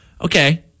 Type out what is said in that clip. okay